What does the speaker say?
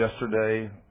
yesterday